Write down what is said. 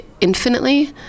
Infinitely